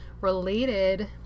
related